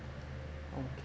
okay